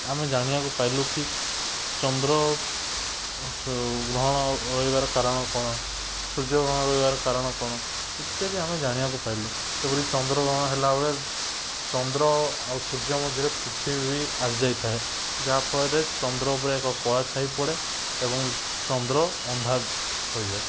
ଆମେ ଜାଣିବାକୁ ପାଇଲୁ କି ଚନ୍ଦ୍ର ଗ୍ରହଣ ରହିବାର କାରଣ କ'ଣ ସୂର୍ଯ୍ୟଗ୍ରହଣ ରହିବାର କାରଣ କ'ଣ ଇତ୍ୟାଦି ଆମେ ଜାଣିବାକୁ ପାଇଲୁ ସେପରି ଚନ୍ଦ୍ରଗ୍ରହଣ ହେଲାବେଳେ ଚନ୍ଦ୍ର ଆଉ ସୂର୍ଯ୍ୟ ମଧ୍ୟରେ ପୃଥିବୀ ଆସିଯାଇଥାଏ ଯାହାଫଳରେ ଚନ୍ଦ୍ର ଉପରେ ଏକ କଳା ଛାଇ ପଡ଼େ ଏବଂ ଚନ୍ଦ୍ର ଅନ୍ଧାର ହୋଇଯାଏ